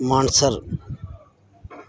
Mansar